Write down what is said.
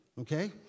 okay